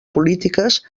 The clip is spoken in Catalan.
polítiques